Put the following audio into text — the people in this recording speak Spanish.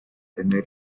tener